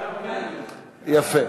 יפה.